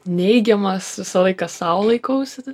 neigiamas visą laiką sau laikausi